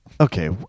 okay